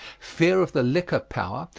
fear of the liquor power,